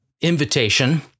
invitation